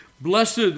Blessed